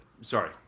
sorry